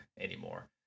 anymore